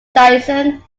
dyson